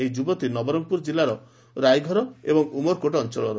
ଏହି ଯୁବତୀ ନବରଙ୍ଙପୁର ଜିଲ୍ଲାର ରାଇଘର ଓ ଉମରକୋଟ ଅଞ୍ଚଳର